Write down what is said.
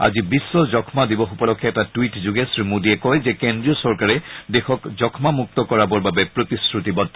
আজি বিশ্ব যক্ষ্মা দিৱস উপলক্ষে এটা টুইট যোগে শ্ৰী মোডীয়ে কয় যে কেন্দ্ৰীয় চৰকাৰে দেশক যম্মা মুক্ত কৰাবৰ বাবে প্ৰতিশ্ৰতিবদ্ধ